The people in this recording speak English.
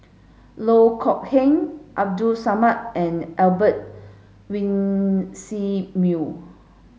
Loh Kok Heng Abdul Samad and Albert Winsemius